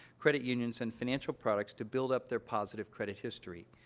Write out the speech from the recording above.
credit unions, and financial products to build up their positive credit history.